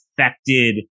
affected